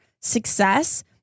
success